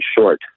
short